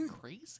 crazy